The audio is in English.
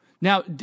Now